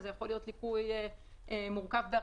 ואם זה ליקוי מורכב.